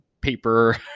paper